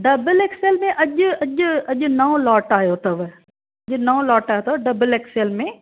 double axle में अॼु अॼु अॼु नओं लॉट आयो अथव नओं लॉट आयो अथव डबल एक्सल में